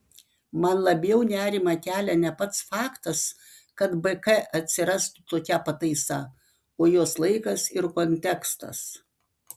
man labiau nerimą kelia ne pats faktas kad bk atsirastų tokia pataisa o jos laikas ir kontekstas